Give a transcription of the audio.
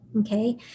okay